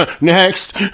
next